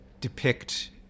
depict